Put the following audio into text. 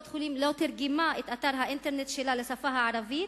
תרגמה את אתר האינטרנט שלה לשפה הערבית?